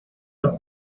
los